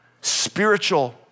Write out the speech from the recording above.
spiritual